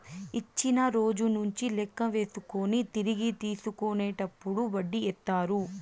ఇచ్చిన రోజు నుంచి లెక్క వేసుకొని తిరిగి తీసుకునేటప్పుడు వడ్డీ ఏత్తారు